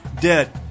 dead